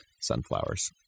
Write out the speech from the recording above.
sunflowers